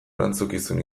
erantzukizun